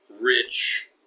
rich